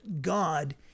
God